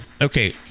Okay